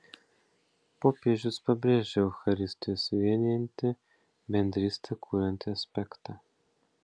popiežius pabrėžia eucharistijos vienijantį bendrystę kuriantį aspektą